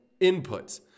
inputs